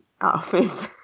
office